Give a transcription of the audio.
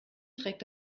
trägt